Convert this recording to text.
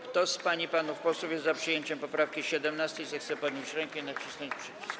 Kto z pań i panów posłów jest za przyjęciem poprawki 17., zechce podnieść rękę i nacisnąć przycisk.